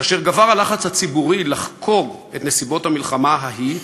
כאשר גבר הלחץ הציבורי לחקור את נסיבות המלחמה ההיא,